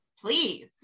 please